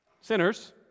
sinners